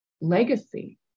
legacy